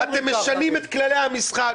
אתם משנים את כללי המשחק.